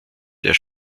der